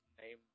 name